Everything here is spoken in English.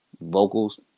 Vocals